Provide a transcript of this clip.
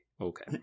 okay